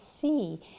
see